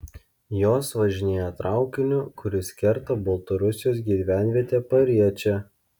jos važinėja traukiniu kuris kerta baltarusijos gyvenvietę pariečę